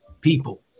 people